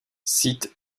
site